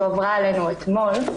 הועברה אלינו אתמול.